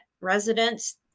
residents